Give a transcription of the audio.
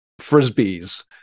frisbees